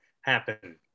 happen